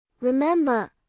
Remember